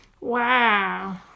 Wow